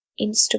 Instagram